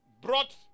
Brought